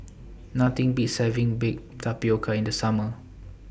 Nothing Beats having Baked Tapioca in The Summer